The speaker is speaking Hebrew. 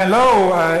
לא, הוא,